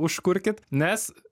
užkurkit nes